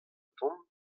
tont